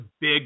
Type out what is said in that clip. big